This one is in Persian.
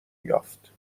یافت